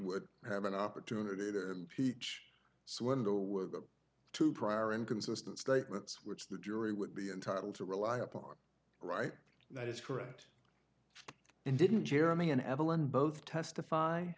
would have an opportunity to teach swindle with two prior inconsistent statements which the jury would be entitled to rely upon right that is correct and didn't jeremy and evelyn both testify